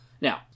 Now